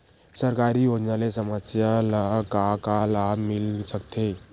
सरकारी योजना ले समस्या ल का का लाभ मिल सकते?